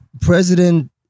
president